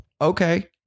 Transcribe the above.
okay